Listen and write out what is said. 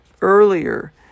earlier